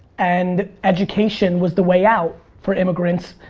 and education was the way out for immigrants.